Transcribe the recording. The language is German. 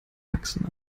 achsen